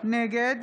נגד